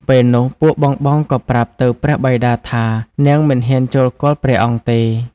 ពេលនោះពួកបងៗក៏ប្រាប់ទៅព្រះបិតាថា នាងមិនហ៊ានចូលគាល់ព្រះអង្គទេ។